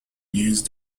use